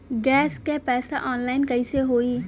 Gas क पैसा online कइसे होई?